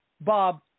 Bob